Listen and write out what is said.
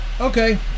Okay